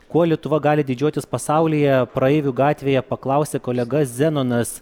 kuo lietuva gali didžiuotis pasaulyje praeivių gatvėje paklausė kolega zenonas